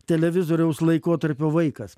televizoriaus laikotarpio vaikas